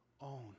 own